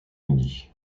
midi